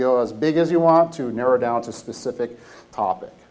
go as big as you want to narrow down to specific topic